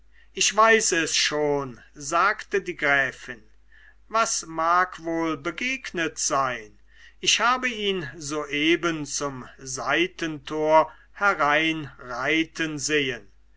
ich weiß es schon sagte die gräfin was mag wohl begegnet sein ich habe ihn soeben zum seitentor hereinreiten sehen